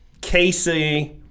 Casey